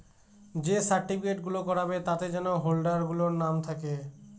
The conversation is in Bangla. যে সার্টিফিকেট গুলো করাবে তাতে যেন হোল্ডার গুলোর নাম থাকে